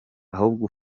ahubwo